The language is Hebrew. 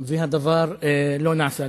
והדבר לא נעשה.